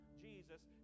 Jesus